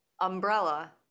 Umbrella